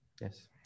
Yes